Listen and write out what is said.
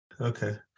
okay